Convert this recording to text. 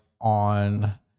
on